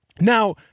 Now